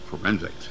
forensics